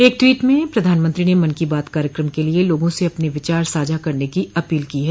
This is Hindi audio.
एक टवीट में प्रधानमंत्री ने मन की बात कार्यक्रम के लिए लोगों से अपने विचार साझा करने की अपील की है